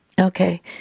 Okay